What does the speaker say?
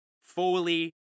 fully